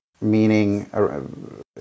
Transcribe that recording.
meaning